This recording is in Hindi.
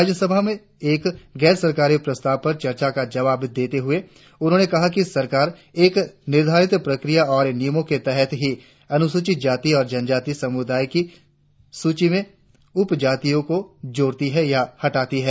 राज्यसभा में एक गैर सरकारी प्रस्ताव पर चर्चा का जवाब देते हुए उन्होंने कहा कि सरकार एक निर्धारित प्रक्रिया और नियमों के तहत ही अनुसूचित जाति और जनजाति समुदाय की सूची में उप जातियों को जोड़ती है या हटाती है